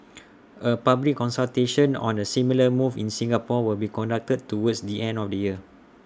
A public consultation on A similar move in Singapore will be conducted towards the end of the year